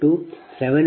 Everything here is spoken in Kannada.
2 j1